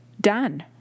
done